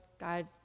God